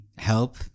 help